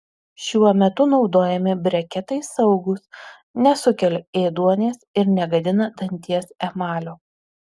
šiuo metu naudojami breketai saugūs nesukelia ėduonies ir negadina danties emalio